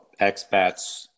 expats